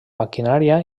maquinària